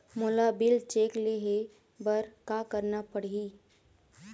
मोला bill check ले हे बर का करना पड़ही ही?